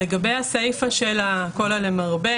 לגבי הסיפא של ה"לרבות",